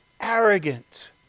arrogant